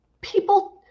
people